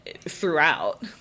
throughout